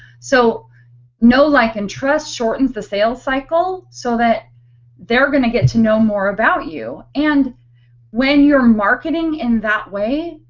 so know, like and trust shortens the sales cycle so that they're going to get to know more about you. and when your marketing in that way,